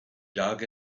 dug